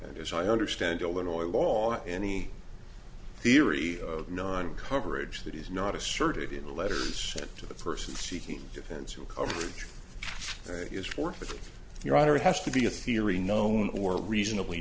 and as i understand illinois law any theory of non coverage that is not asserted in the letter sent to the person seeking defense who coverage is forfeit your honor it has to be a theory known or reasonably